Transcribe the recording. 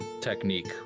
technique